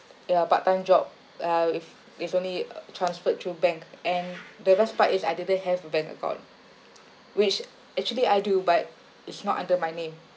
ya part time job uh if it's only transferred through bank and the best part is I didn't have a bank account which actually I do but it's not under my name